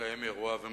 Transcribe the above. יתקיימו אירוע ומצגת.